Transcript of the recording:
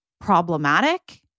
problematic